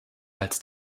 als